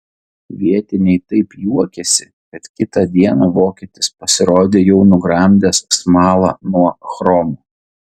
vietiniai taip juokėsi kad kitą dieną vokietis pasirodė jau nugramdęs smalą nuo chromo